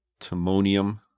Timonium